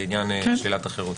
לעניין שאלת החירות.